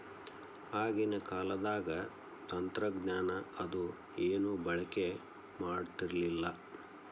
ಆಗಿನ ಕಾಲದಾಗ ತಂತ್ರಜ್ಞಾನ ಅದು ಏನು ಬಳಕೆ ಮಾಡತಿರ್ಲಿಲ್ಲಾ